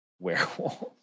werewolf